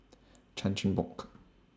Chan Chin Bock